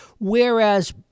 Whereas